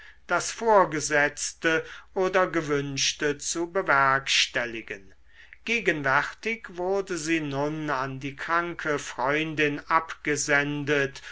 das vorgesetzte oder gewünschte zu bewerkstelligen gegenwärtig wurde sie nun an die kranke freundin abgesendet